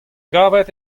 gavet